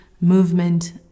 movement